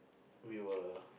we were